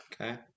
okay